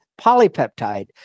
polypeptide